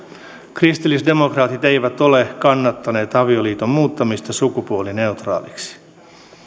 kristillisdemokraatit eivät ole kannattaneet avioliiton muuttamista sukupuolineutraaliksi